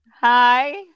hi